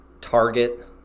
target –